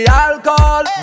alcohol